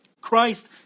Christ